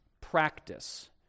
practice